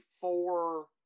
four